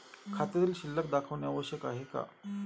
खात्यातील शिल्लक दाखवणे आवश्यक आहे का?